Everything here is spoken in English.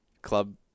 club